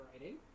writing